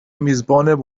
میزبان